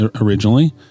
originally